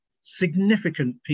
significant